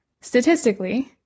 statistically